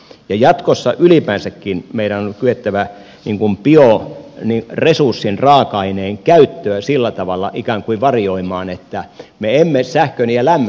ja jatkossa ylipäänsäkin meidän on kyettävä bioresurssin raaka aineen käyttöä sillä tavalla ikään kuin varioimaan että me emme sähkön ja lämmön